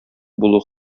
булу